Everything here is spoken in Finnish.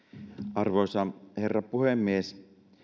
arvoisa herra puhemies